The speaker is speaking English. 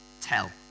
Tell